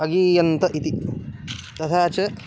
अगीयन्त इति तथा च